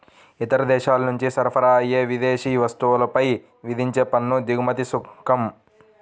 ఇతర దేశాల నుంచి సరఫరా అయ్యే విదేశీ వస్తువులపై విధించే పన్ను దిగుమతి సుంకం